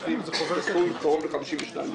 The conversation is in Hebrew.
זה ישלים את הסכום קרוב ל-52.